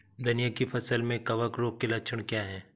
धनिया की फसल में कवक रोग के लक्षण क्या है?